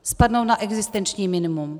Spadnou na existenční minimum.